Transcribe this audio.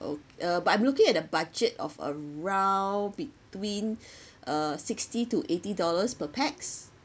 okay uh but I'm looking at the budget of around between uh sixty to eighty dollars per pax